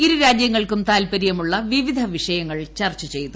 ഇരു അജ്യങ്ങൾക്കും താല്പര്യമുള്ള വിവിധ വിഷയങ്ങൾ ചർച്ച ചെയ്തു